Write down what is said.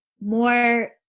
more